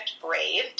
Brave